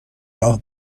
راه